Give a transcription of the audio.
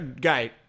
Guy